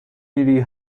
میری